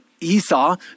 Esau